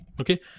Okay